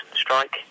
strike